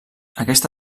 aquesta